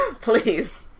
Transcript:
please